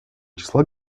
числа